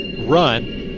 run